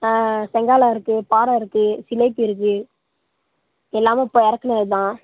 ஆ செங்காலை இருக்குது பாறை இருக்குது ஜிலேபி இருக்குது எல்லாமும் இப்போ இறக்குனதுதான்